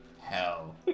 hell